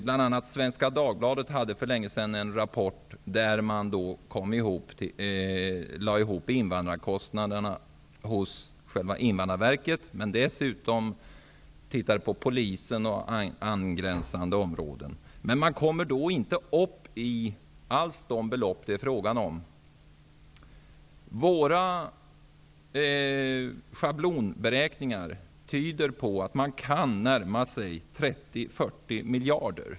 Bl.a. Svenska Dagbladet hade för länge sedan en rapport där man lade ihop invandrarkostnaderna hos själva invandrarverket och dessutom hos polisen och på angränsande områden. Men man kommer då inte alls upp i de belopp det är fråga om. Våra schablonberäkningar tyder på att kostnaderna kan närma sig 30--40 miljarder.